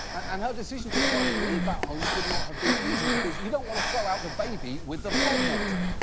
and her decision to try and leave that home could not have been easy because you don't want to throw out the baby with the floodwater.